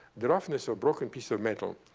the roughness of broken piece of metal.